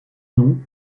nom